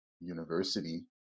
university